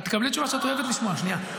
את תקבלי תשובה שאת אוהבת לשמוע, שנייה.